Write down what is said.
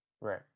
Right